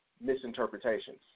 misinterpretations